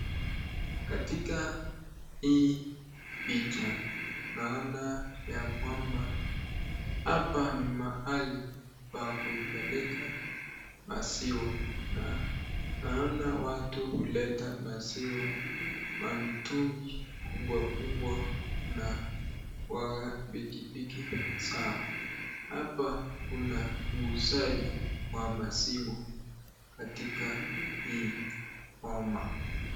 Katika hii picha naona ya kwamba hapa ni mahali pa kuipeleka maziwa, na naona watu huleta maziwa kwa mitungi kubwakubwa na kwa pikipiki zao. Hapa kuna uuzaji wa maziwa katika hii boma.